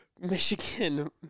Michigan